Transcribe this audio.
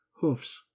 hoofs